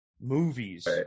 movies